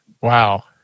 Wow